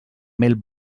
mel